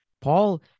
Paul